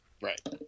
Right